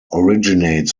originates